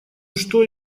что